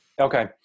Okay